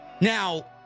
now